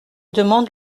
demande